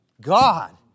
God